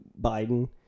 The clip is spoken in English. Biden